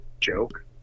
joke